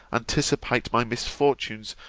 anticipate my misfortunes,